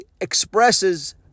expresses